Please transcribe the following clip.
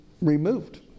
removed